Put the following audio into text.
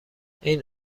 این